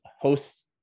host